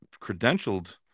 credentialed